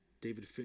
david